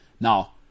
now